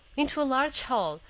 into a large hall,